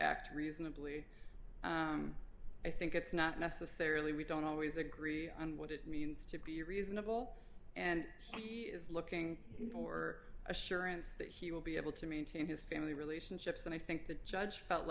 act reasonably i think it's not necessarily we don't always agree on what it means to be reasonable and he is looking for assurance that he will be able to maintain his family relationships and i think the judge felt